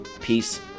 Peace